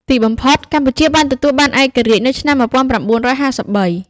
ទីបំផុត កម្ពុជាបានទទួលបានឯករាជ្យនៅឆ្នាំ ១៩៥៣។